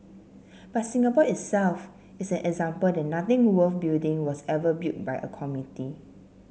but Singapore itself is an example that nothing worth building was ever built by a committee